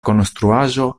konstruaĵo